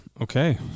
Okay